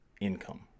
income